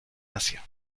asia